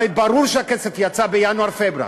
הרי ברור שהכסף יצא בינואר-פברואר.